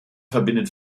verbindet